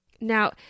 Now